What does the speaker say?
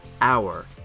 hour